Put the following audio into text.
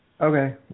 Okay